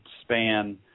span